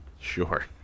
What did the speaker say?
Sure